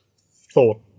thought